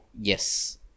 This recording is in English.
Yes